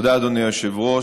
תודה, אדוני היושב-ראש.